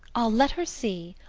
i'll let her see.